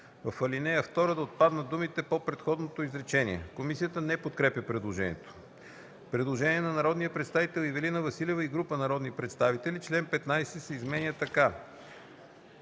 В ал. 2 да отпаднат думите „по предходното изречение”. Комисията не подкрепя предложението. Има предложение от народния представител Ивелина Василева и група народни представители: „Член 15 се изменя така: